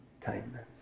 kindness